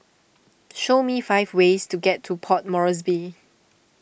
show me five ways to get to Port Moresby